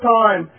time